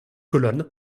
colonnes